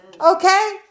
Okay